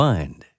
Mind